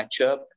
matchup